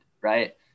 Right